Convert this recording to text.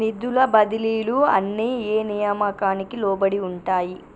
నిధుల బదిలీలు అన్ని ఏ నియామకానికి లోబడి ఉంటాయి?